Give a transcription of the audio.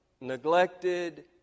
neglected